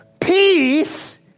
peace